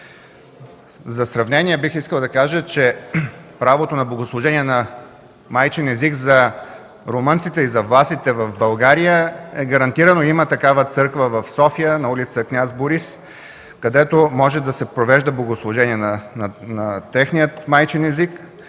За сравнение бих искал да кажа, че правото на богослужение на майчин език за румънците и за власите в България е гарантирано. Има такава църква в София на ул. „Княз Борис”, където може да се провежда богослужение на техния майчин език